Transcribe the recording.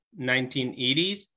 1980s